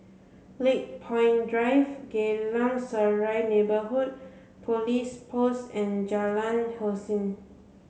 Lakepoint Drive Geylang Serai Neighbourhood Police Post and Jalan Hussein